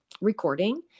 recording